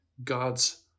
God's